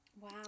Wow